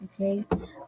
Okay